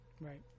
right